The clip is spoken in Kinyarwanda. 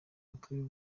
rukuru